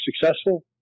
successful